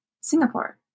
Singapore